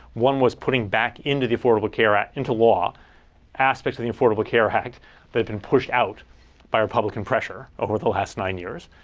one was putting back into the affordable care act into law aspects of the affordable care act that have been pushed out by republican pressure over the last nine years.